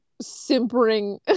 simpering